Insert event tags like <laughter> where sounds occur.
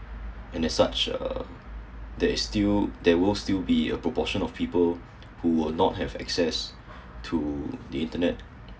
and that such uh there is still there would still be a proportion of people <breath> who were not have access to the internet